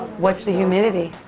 what's the humidity?